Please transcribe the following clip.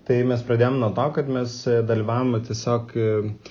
tai mes pradėjom nuo to kad mes dalyvavome tiesiog